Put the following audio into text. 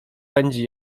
pędzi